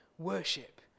worship